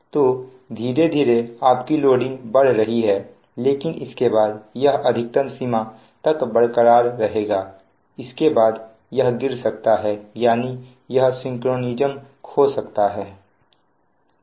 तो धीरे धीरे आपकी लोडिंग बढ़ रही है लेकिन इसके बाद यह अधिकतम सीमा तक बरकरार रहेगा इसके बाद यह गिर सकता है यानी यह सिंक्रनाइज़ेशन खो सकता है